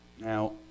Now